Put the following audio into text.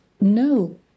No